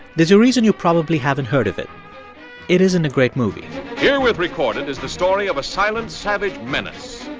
there's a reason you probably haven't heard of it it isn't a great movie herewith recorded is the story of a silent, savage menace,